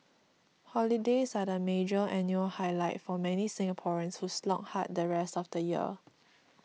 holidays are the major annual highlight for many Singaporeans who slog hard the rest of the year